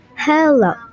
Hello